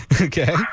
Okay